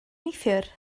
neithiwr